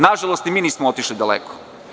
Nažalost, i ni mi nismo otišli daleko.